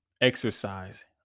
Exercise